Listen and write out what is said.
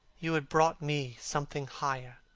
you had brought me something higher,